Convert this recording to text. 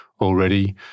already